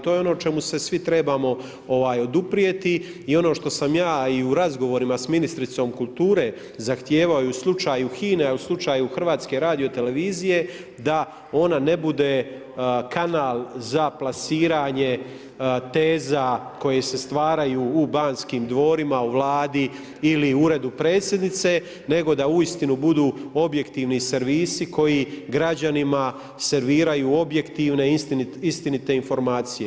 To je ono o čemu se svi trebamo oduprijeti i ono što sam ja i u razgovorima sa ministricom kulture zahtijevao i u slučaju HINA-e a i u slučaju HRT-a da ona ne bude kanal za plasiranje teza koje se stvaraju u Banskim dvorima, u Vladi ili u Uredu Predsjednice nego da uistinu budu objektivni servis koji građanima serviraju objektivne, istinite informacije.